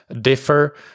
differ